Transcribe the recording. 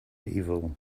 evil